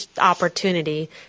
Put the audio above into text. opportunity